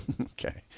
Okay